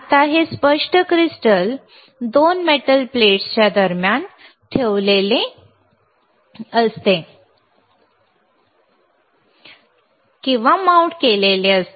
आता हे स्पष्ट क्रिस्टल 2 मेटल प्लेट्सच्या दरम्यान ठेवलेले किंवा माउंट केलेले आहे